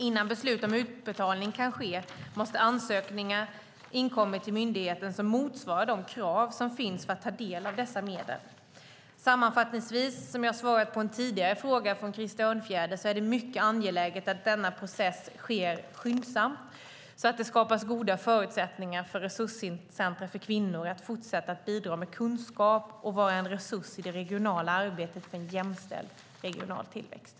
Innan beslut om utbetalning kan ske måste ansökningar ha inkommit till myndigheten som motsvarar de krav som finns för att ta del av dessa medel. Sammanfattningsvis, som jag svarat på en tidigare fråga från Krister Örnfjäder, är det mycket angeläget att denna process sker skyndsamt så att det skapas goda förutsättningar för resurscentrum för kvinnor att fortsätta att bidra med kunskap och vara en resurs i det regionala arbetet för en jämställd regional tillväxt.